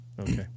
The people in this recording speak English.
Okay